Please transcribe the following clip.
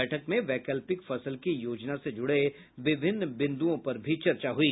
बैठक में वैकल्पिक फसल की योजना से जुड़े विभिन्न बिंदुओं पर भी चर्चा हुई